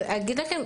ואגיד לך משהו,